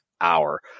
hour